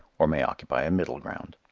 or may occupy a middle ground.